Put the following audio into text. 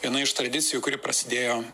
viena iš tradicijų kuri prasidėjo